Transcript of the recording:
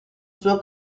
suo